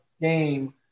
game